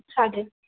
चालेल